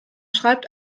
schreibt